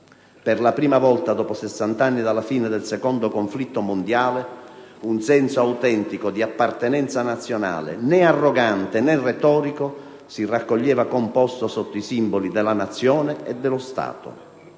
Per la prima volta dopo 60 anni dalla fine del secondo conflitto mondiale un senso autentico di appartenenza nazionale, né arrogante, né retorico, si raccoglieva composto sotto i simboli della Nazione e dello Stato.